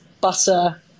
butter